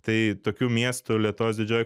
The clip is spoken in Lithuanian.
tai tokių miestų lietuvos didžiojoj